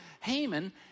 Haman